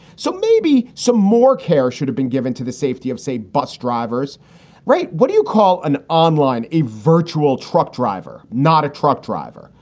so maybe some more care should have been given to the safety of, say, bus drivers right. what do you call an online a virtual truck driver, not a truck driver?